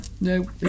no